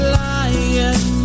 lying